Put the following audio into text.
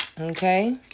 okay